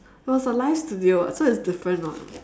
it was a live studio so it's different [what]